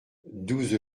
douze